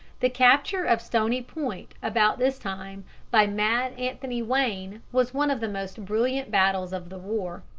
the capture of stony point about this time by mad anthony wayne was one of the most brilliant battles of the war.